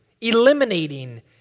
eliminating